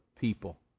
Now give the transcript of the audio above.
people